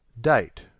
date